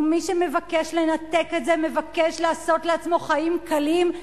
ומי שמבקש לנתק את זה מבקש לעשות לעצמו חיים קלים,